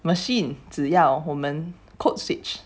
machine 只要我们 code switch